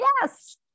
Yes